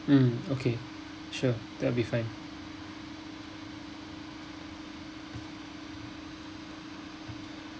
mm okay sure that will be fine